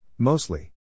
Mostly